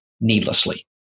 needlessly